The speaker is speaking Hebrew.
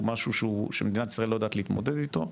משהו שמדינת ישראל לא יודעת להתמודד איתו,